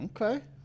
Okay